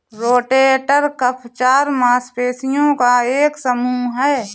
rotator cuff चार मांसपेशियों का एक समूह है